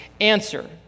answer